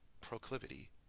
proclivity